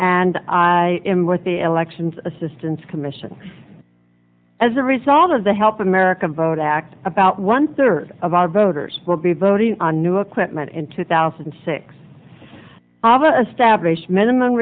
and i am with the elections assistance commission as a result of the help america vote act about one third of our voters will be voting on new equipment in two thousand and six